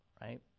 right